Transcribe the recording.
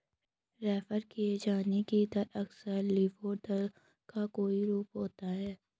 refer किये जाने की दर अक्सर लिबोर दर का कोई रूप होता है